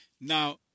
Now